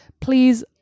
please